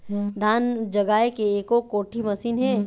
धान जगाए के एको कोठी मशीन हे?